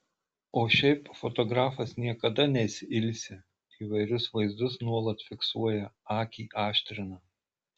o šiaip fotografas niekada nesiilsi įvairius vaizdus nuolat fiksuoja akį aštrina